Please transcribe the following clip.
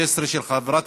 הצעת החוק עברה